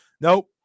Nope